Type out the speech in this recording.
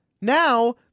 Now